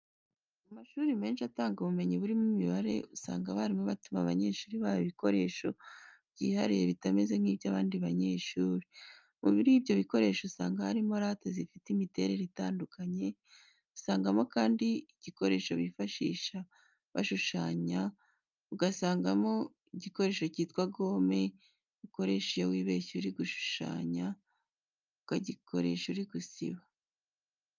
Mu mashuri menshi atanga ubumenyi burimo imibare, usanga abarimu batuma abanyeshuri babo ibikoresho byihariye bitameze nk'iby'abandi banyeshuri. Muri ibyo bikoresho usanga harimo rate zifite imiterere itandukanye, usangamo kandi igikoresho bifashisha bashushanya, ugasangamo igikoresho cyitwa gome, ukoresha iyo wibeshye uri gushushanya, ukagikoresha uri gusiba.